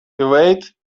evade